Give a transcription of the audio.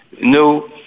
No